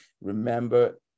Remember